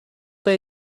you